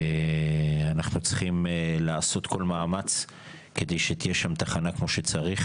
אנחנו צריכים לעשות כל מאמץ כדי שתהיה שם תחנה כמו שצריך